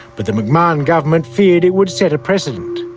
but the mcmahon government feared it would set a precedent.